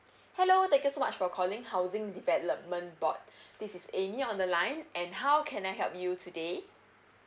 hello thank you so much for calling housing development board this is amy on the line and how can I help you today